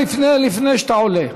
לפני שאתה עולה.